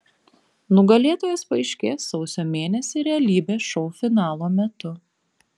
nugalėtojas paaiškės sausio mėnesį realybės šou finalo metu